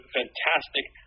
fantastic